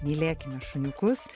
mylėkime šuniukus